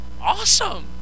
awesome